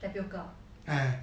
tapioca